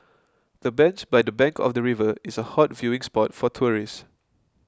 the bench by the bank of the river is a hot viewing spot for tourists